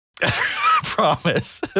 Promise